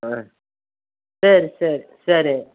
ஆ சரி சரி சரி